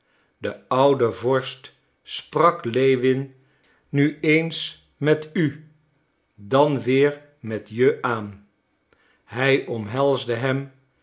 de oude vorst sprak lewin nu eens met u dan weer met je aan hij omhelsde hem